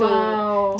!wow!